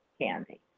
Candy